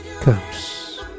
comes